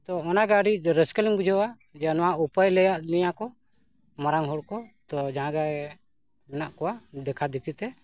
ᱛᱚ ᱚᱱᱟᱜᱮ ᱟᱹᱰᱤ ᱨᱟᱹᱥᱠᱟᱹ ᱞᱤᱧ ᱵᱩᱡᱷᱟᱹᱣᱟ ᱡᱮ ᱱᱚᱣᱟ ᱩᱯᱟᱹᱭ ᱞᱟᱹᱭᱟᱫ ᱞᱮᱭᱟ ᱠᱚ ᱢᱟᱨᱟᱝ ᱦᱚᱲ ᱠᱚ ᱛᱚ ᱡᱟᱦᱟᱸ ᱜᱮ ᱢᱮᱱᱟᱜ ᱠᱚᱣᱟ ᱫᱮᱠᱷᱟ ᱫᱮᱠᱷᱤᱛᱮ